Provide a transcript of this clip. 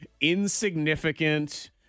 insignificant